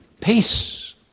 Peace